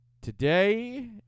Today